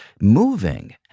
moving